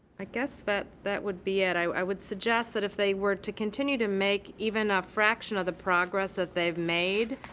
i guess that that would be it. i would suggest that if they were continue to make even a fraction of the progress that they've made